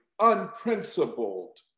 unprincipled